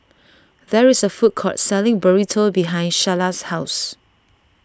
there is a food court selling Burrito behind Sharla's house